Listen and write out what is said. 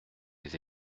les